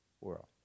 world